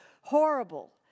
horrible